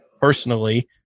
personally